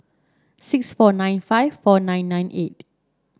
six four nine five four nine nine eight